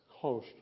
close